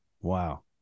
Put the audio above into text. Wow